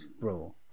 Bro